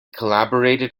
collaborated